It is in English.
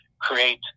create